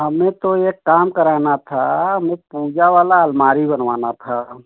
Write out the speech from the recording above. हमें तो एक काम कराना था हमें पूजा वाला अलमारी बनवाना था